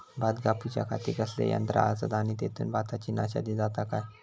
भात कापूच्या खाती कसले यांत्रा आसत आणि तेतुत भाताची नाशादी जाता काय?